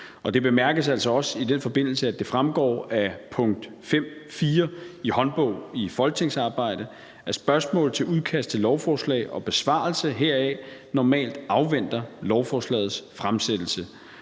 Det bemærkes altså også i den forbindelse, at det fremgår af punkt 5.4 i Håndbog i folketingsarbejdet, at spørgsmål til udkast til lovforslag og besvarelse heraf normalt afventer lovforslagets fremsættelse,